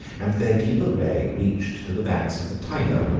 and their deep array reached to the banks of the tyber,